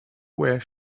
where